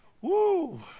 Woo